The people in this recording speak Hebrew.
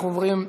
אנחנו עוברים,